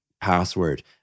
Password